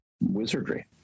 wizardry